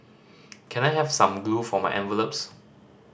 can I have some glue for my envelopes